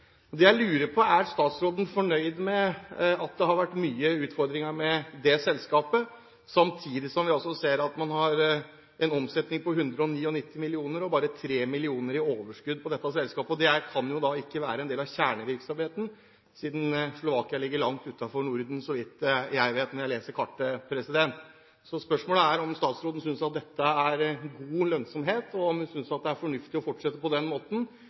«Kleppa-bilene». Det jeg lurer på, er: Er statsråden fornøyd med at det har vært mye utfordringer med det selskapet, samtidig som vi altså ser at det har en omsetning på 199 mill. kr og bare 3 mill. kr i overskudd? Og det kan jo ikke være en del av kjernevirksomheten, siden Slovakia ligger langt utenfor Norden, så vidt jeg ser når jeg leser kartet. Spørsmålet er om statsråden synes at dette er god lønnsomhet, og om hun synes det er fornuftig å fortsette på den måten,